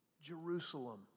Jerusalem